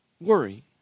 worry